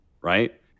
right